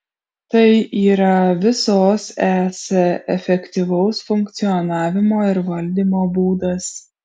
tai yra visos es efektyvaus funkcionavimo ir valdymo būdas